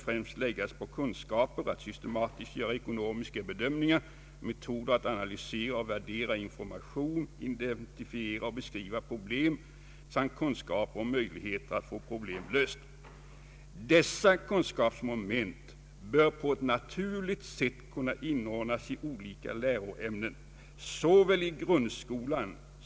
Det ligger i samhällets, konsumenternas och även näringslivets intresse att konsumentpolitiken är effektiv och konstruktiv.